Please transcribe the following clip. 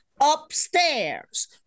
upstairs